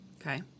Okay